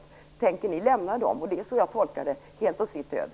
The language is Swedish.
Jag tolkar det så, att ni tänker lämna dem helt åt sitt öde.